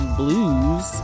blues